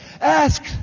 ask